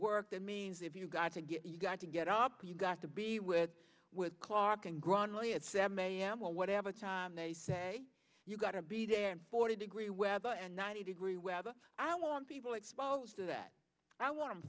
work that means if you gotta get it you gotta get up you got to be with with clark and grandly at seven a m or whatever time they say you gotta be there in forty degree weather and ninety degree weather i want people exposed to that i want t